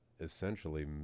essentially